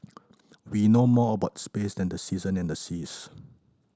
we know more about space than the season and the seas